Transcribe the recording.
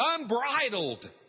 unbridled